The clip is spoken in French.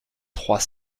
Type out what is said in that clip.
trois